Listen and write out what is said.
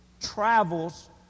travels